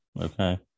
Okay